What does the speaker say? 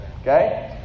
Okay